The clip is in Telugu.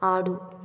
ఆడు